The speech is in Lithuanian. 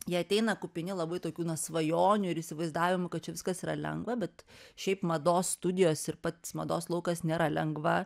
jie ateina kupini labai tokių na svajonių ir įsivaizdavimų kad čia viskas yra lengva bet šiaip mados studijos ir pats mados laukas nėra lengva